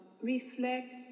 reflect